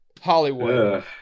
Hollywood